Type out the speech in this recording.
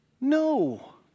no